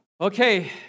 Okay